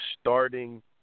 starting